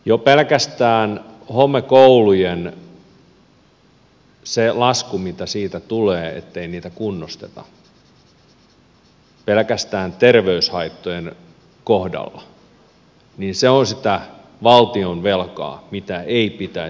jo pelkästään homekoulujen se lasku mitä siitä tulee ettei niitä kunnosteta pelkästään terveyshaittojen kohdalla on sitä valtionvelkaa mitä ei pitäisi ottaa